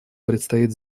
предстоит